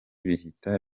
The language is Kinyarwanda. bihita